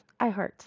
iHeart